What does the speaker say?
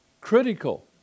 critical